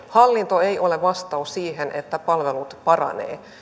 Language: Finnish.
hallinto ei ole vastaus siihen että palvelut paranevat